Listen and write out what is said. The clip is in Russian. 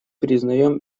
признаем